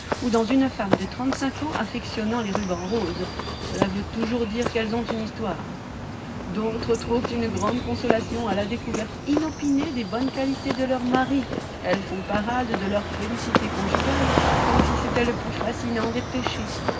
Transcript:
ou dans une femme de trente-cinq ans affectionnant les rubans roses cela veut toujours dire qu'elles ont une histoire d'autres trouvent une grande consolation à la découverte inopinée des bonnes qualités de leur mari elles font parade de leur félicité conjugale comme si c'était le plus fascinant des péchés